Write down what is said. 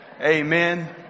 amen